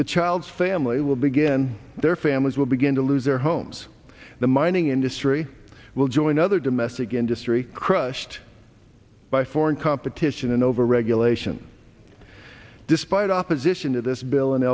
the child's family will begin their families will begin to lose their homes the mining industry will join other domestic industry crushed by foreign competition and over regulation despite opposition to this bill